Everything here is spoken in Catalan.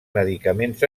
medicaments